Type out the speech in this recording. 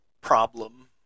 problem